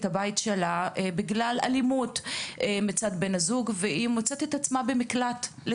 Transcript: הבית שלה בגלל אלימות מצד בן הזוג מוצאת את עצמה במקלט סגור,